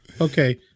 okay